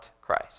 Christ